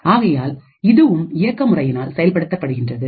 ஆகையால் இதுவும் இயக்க முறைமையினால் செயல்படுத்தப்படுகின்றது